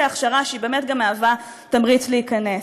הכשרה שבאמת גם מהווה תמריץ להיכנס.